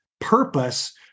purpose